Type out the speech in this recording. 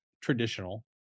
traditional